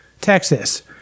Texas